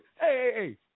hey